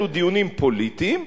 אלו דיונים פוליטיים,